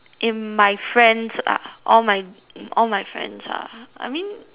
in my friends ah all my all my friends ah I mean